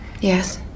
Yes